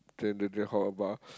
drank drank drank hop the bar